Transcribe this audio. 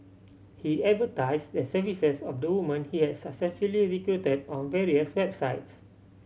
he advertise the services of the woman he had successfully recruited on various websites